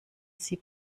sie